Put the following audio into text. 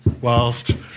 whilst